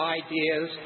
ideas